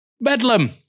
Bedlam